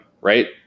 Right